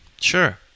Sure